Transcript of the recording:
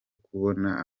kubona